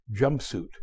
jumpsuit